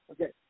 Okay